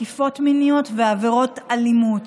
תקיפות מיניות ועבירות אלימות.